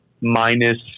minus